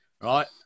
right